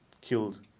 killed